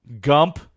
Gump